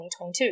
2022